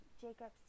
Jacobs